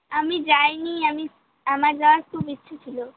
আমি যাই নি আমি আমার যাওয়ার খুব ইচ্ছে ছিলো